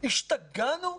השתגענו?